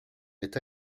est